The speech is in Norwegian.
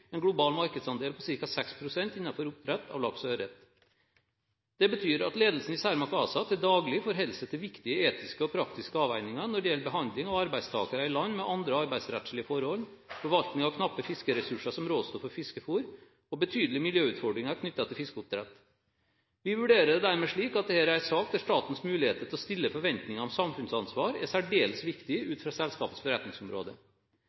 en global markedsandel på ca. 6 pst. innenfor oppdrett av laks og ørret. Det betyr at ledelsen i Cermaq ASA til daglig forholder seg til viktige etiske og praktiske avveininger når det gjelder behandling av arbeidstakere i land med andre arbeidsrettslige forhold, forvaltning av knappe fiskeressurser som råstoff for fiskefôr og betydelige miljøutfordringer knyttet til fiskeoppdrett. Vi vurderer det dermed slik at dette er en sak der statens muligheter til å stille forventninger om samfunnsansvar er særdeles viktig ut fra selskapets forretningsområde.